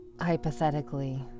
Hypothetically